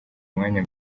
umwanya